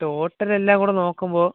total എല്ലാം കൂടെ നോക്കുമ്പോൾ